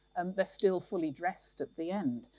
um they're still fully dressed at the end.